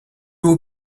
will